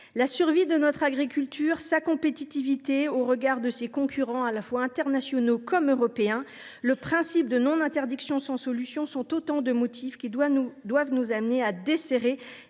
La survie de notre agriculture, sa compétitivité au regard de ses concurrents à la fois internationaux et européens, le principe de « non interdiction sans solution » sont autant de motifs qui doivent nous amener à desserrer